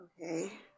Okay